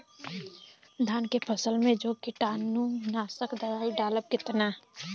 धान के फसल मे जो कीटानु नाशक दवाई डालब कितना?